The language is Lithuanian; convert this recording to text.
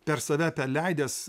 per save perleidęs